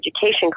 Education